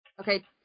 Okay